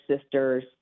sisters